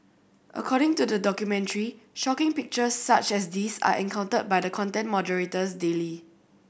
according to the documentary shocking pictures such as these are encountered by the content moderators daily